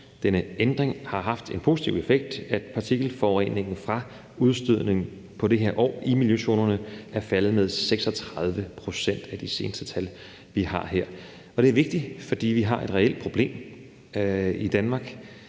denne skærpelse, har haft den positive effekt, at partikelforureningen fra udstødningen på det her år i miljøzonerne er faldet med 36 pct., som er de seneste tal, vi har her, og det er vigtigt, fordi vi i Danmark har et reelt problem med